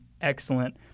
excellent